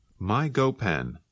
MyGoPen